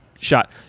shot